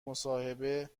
مصاحبه